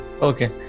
Okay